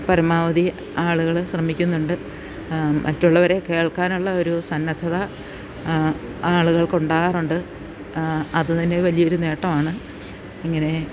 പരമാവധി ആളുകൾ ശ്രമിക്കുന്നുണ്ട് മറ്റുള്ളവരെ കേൾക്കാനുള്ള ഒരു സന്നദ്ധത ആളുകൾക്ക് ഉണ്ടാകാറുണ്ട് അതുതന്നെ വലിയൊരു നേട്ടം ആണ് ഇങ്ങനെ